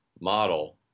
model